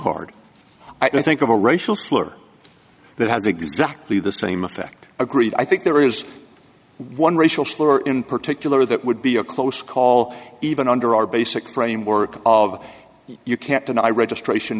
hard i think of a racial slur that has exactly the same effect agreed i think there is one racial slur in particular that would be a close call even under our basic framework of you can't deny registration